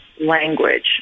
language